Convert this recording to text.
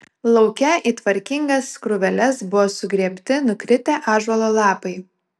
lauke į tvarkingas krūveles buvo sugrėbti nukritę ąžuolo lapai